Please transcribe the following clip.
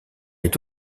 est